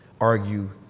argue